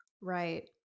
Right